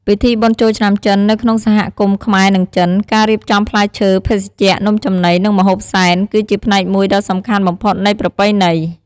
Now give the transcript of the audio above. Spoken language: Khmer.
ពិធីបុណ្យចូលឆ្នាំចិននៅក្នុងសហគមន៍ខ្មែរ-ចិន ការរៀបចំ ផ្លែឈើ ភេសជ្ជៈ នំចំណី និងម្ហូបសែន គឺជាផ្នែកមួយដ៏សំខាន់បំផុតនៃប្រពៃណី។